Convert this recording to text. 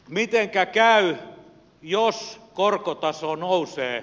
mitenkä käy jos korkotaso nousee